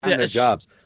jobs